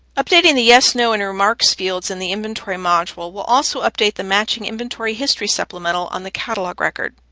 updating the yes no and remarks fields in the inventory module will also update the matching inventory history supplemental on the catalog record.